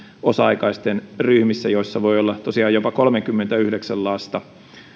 osa aikaisten ryhmien joissa voi olla tosiaan jopa kolmekymmentäyhdeksän lasta